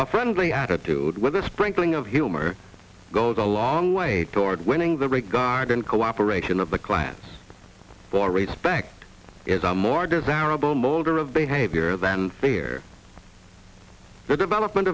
a friendly attitude with a sprinkling of humor goes a long way toward winning the regard and cooperation of the clients for respect is a more desirable molder of behavior than fear the develop